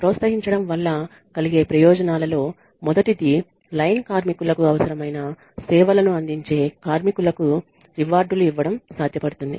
ప్రోత్సహించడం వల్ల కలిగే ప్రయోజనాలలో మొదటిది లైన్ కార్మికులకు అవసరమైన సేవలను అందించే కార్మికులకు రివార్డ్ లు ఇవ్వడం సాధ్యపడుతుంది